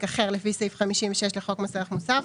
אחר לפי סעיף 56 לחוק מס ערך מוסף,